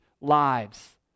lives